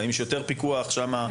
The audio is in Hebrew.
האם יש יותר פיקוח שם?